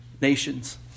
nations